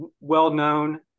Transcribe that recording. well-known